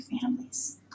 families